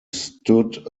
stood